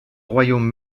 royaume